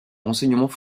renseignements